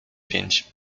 pięć